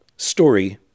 story